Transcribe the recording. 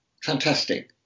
Fantastic